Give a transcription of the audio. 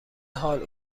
حال